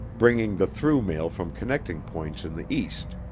bringing the through mail from connecting points in the east.